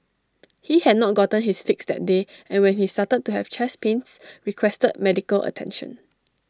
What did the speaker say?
he had not gotten his fix that day and when he started to have chest pains requested medical attention